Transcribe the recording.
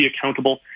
accountable